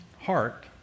heart